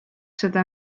seda